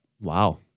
Wow